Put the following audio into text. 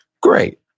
Great